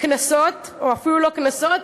קנסות או אפילו לא קנסות,